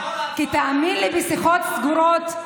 תאמין לי, משיחות סגורות,